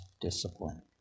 discipline